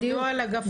בדיוק.